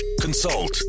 consult